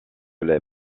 les